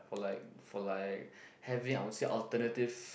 for like for like having I would say alternative